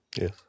Yes